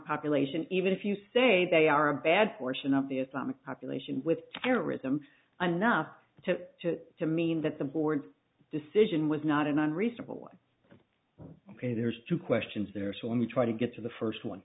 population even if you say they are a bad portion of the islamic population with terrorism anough to to to mean that the board's decision was not an unreasonable one ok there's two questions there so let me try to get to the first one